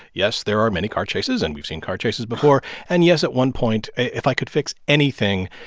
yes, there are many car chases. and we've seen car chases before. and yes, at one point if i could fix anything,